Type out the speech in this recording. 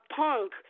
punk